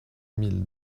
mille